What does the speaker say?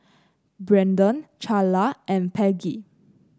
Brenden Charla and Peggy